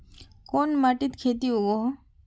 कोन माटित खेती उगोहो?